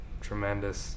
Tremendous